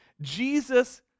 Jesus